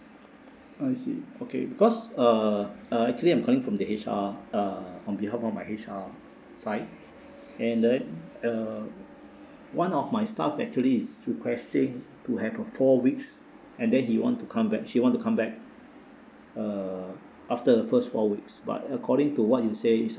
I see okay because uh uh actually I'm calling from the H_R uh on behalf of my H_R side and then uh one of my staff actually is requesting to have a four weeks and then he want to come back she want to come back uh after the first four weeks but according to what you say is